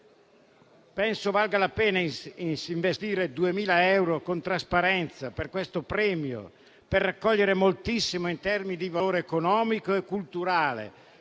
Penso valga la pena investire 2.000 euro con trasparenza per questo premio, per raccogliere moltissimo in termini di valore economico e culturale